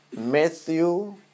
Matthew